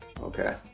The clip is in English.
okay